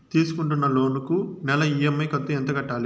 తీసుకుంటున్న లోను కు నెల ఇ.ఎం.ఐ కంతు ఎంత కట్టాలి?